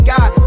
God